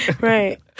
right